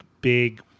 big